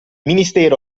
ministero